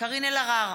קארין אלהרר,